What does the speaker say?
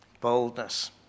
Boldness